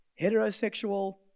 Heterosexual